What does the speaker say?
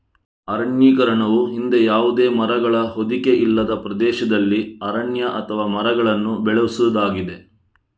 ಅರಣ್ಯೀಕರಣವು ಹಿಂದೆ ಯಾವುದೇ ಮರಗಳ ಹೊದಿಕೆ ಇಲ್ಲದ ಪ್ರದೇಶದಲ್ಲಿ ಅರಣ್ಯ ಅಥವಾ ಮರಗಳನ್ನು ಬೆಳೆಸುವುದಾಗಿದೆ